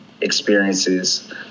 experiences